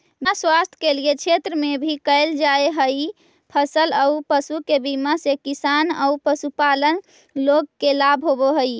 बीमा स्वास्थ्य के क्षेत्र में भी कैल जा हई, फसल औ पशु के बीमा से किसान औ पशुपालक लोग के लाभ होवऽ हई